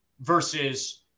versus